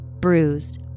bruised